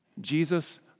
Jesus